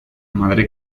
madre